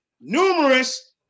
numerous